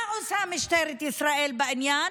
מה עושה משטרת ישראל בעניין?